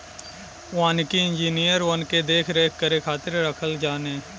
वानिकी इंजिनियर वन के देख रेख करे खातिर रखल जाने